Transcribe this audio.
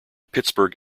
pittsburgh